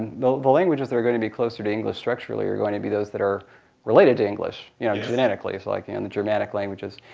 you know the languages that are going to be closer to english structurally are going to be those that are related english yeah genetically, like in and the germanic languages,